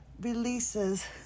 releases